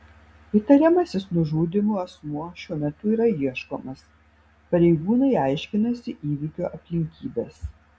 įtariamasis nužudymu asmuo šiuo metu yra ieškomas pareigūnai aiškinasi įvykio aplinkybes